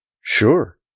Sure